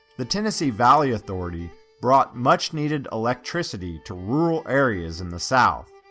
the tennessee valley authority brought much needed electricity to rural areas in the south.